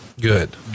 Good